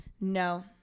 No